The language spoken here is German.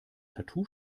tattoo